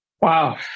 Wow